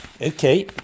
Okay